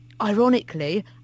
ironically